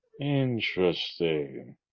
Interesting